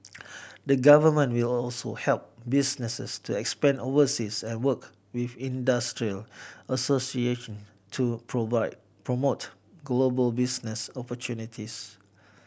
the Government will also help businesses to expand oversea and work with industry association to provite promote global business opportunities